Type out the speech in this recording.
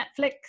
Netflix